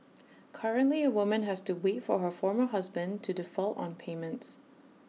currently A woman has to wait for her former husband to default on payments